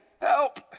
help